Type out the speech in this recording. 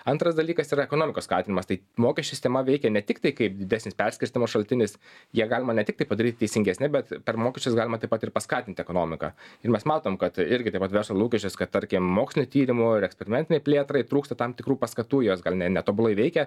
antras dalykas yra ekonomikos skatimas tai mokesčių stema veikia ne tiktai kaip didesnis perskirstymo šaltinis ją galima ne tik tai padaryt teisingesnę bet per mokesčius galima taip pat ir paskatint ekonomiką ir mes matom kad irgi tai pat verslo lūkesčius kad tarkim mokslių tyrimų ir eksperimentinei plėtrai trūksta tam tikrų paskatų jos gal ne netobulai veikia